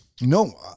No